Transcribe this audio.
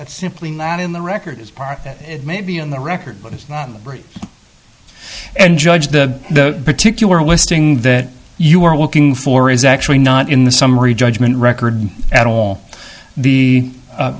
that's simply not in the record is part that it may be on the record but it's not the birth and judge the particular listing that you are looking for is actually not in the summary judgment record at all the